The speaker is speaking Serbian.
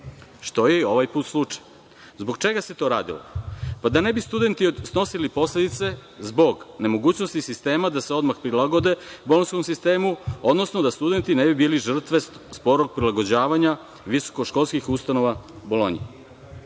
što je i ovaj put slučaj. Zbog čega se to radilo? Pa, da ne bi studenti snosili posledice, zbog nemogućnosti sistema da se odmah prilagode bolonjskom sistemu, odnosno da studenti ne bi bili žrtve sporog prilagođavanja visokoškolskih ustanova Bolonji. Članom